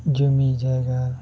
ᱡᱩᱢᱤ ᱡᱟᱭᱜᱟ